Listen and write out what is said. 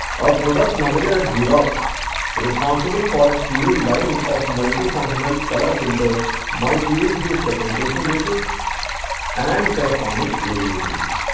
a product manager at xerox responsible for its new line of multifunctional color printer might use these segmentation bases and corresponding variables.